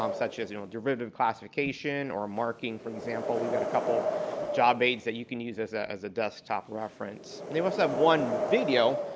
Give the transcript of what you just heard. um such as you know derivative classification, or marking for example, we've got a couple of job aids that you can use as ah as a desktop reference. we also have one video,